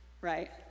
Right